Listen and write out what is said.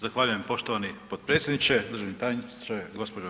Zahvaljujem poštovani potpredsjedniče, državni tajniče, gđo.